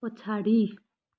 पछाडि